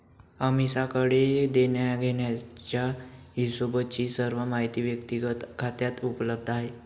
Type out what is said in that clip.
अमीषाकडे देण्याघेण्याचा हिशोबची सर्व माहिती व्यक्तिगत खात्यात उपलब्ध आहे